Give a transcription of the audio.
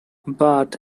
but